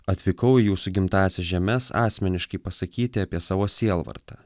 atvykau į jūsų gimtąsias žemes asmeniškai pasakyti apie savo sielvartą